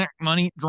money